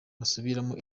basubiramo